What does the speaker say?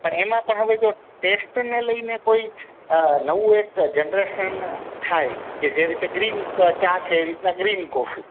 પણ એમાં પણ હવે જો ટેસ્ટને લઈને કોઈ નવું એક જનરેશન થાય કે જે રીતે ગ્રીન ક ચા છે એ રીતના ગ્રીન કોફી